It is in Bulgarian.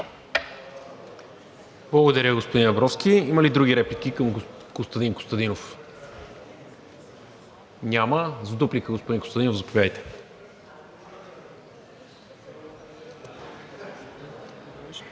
Благодаря, господин Абровски. Има ли други реплики към Костадин Костадинов? Няма. За дуплика, господин Костадинов, заповядайте. КОСТАДИН